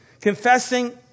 confessing